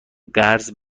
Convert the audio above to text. قرض